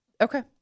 Okay